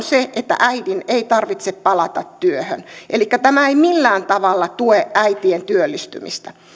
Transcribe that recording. se että äidin ei tarvitse palata työhön elikkä tämä ei millään tavalla tue äitien työllistymistä